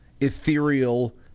ethereal